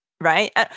right